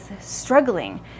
struggling